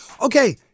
Okay